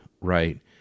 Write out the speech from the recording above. right